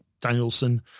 Danielson